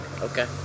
Okay